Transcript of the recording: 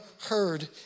heard